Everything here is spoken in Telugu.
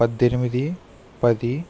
పద్దెనిమిది పది